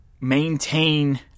maintain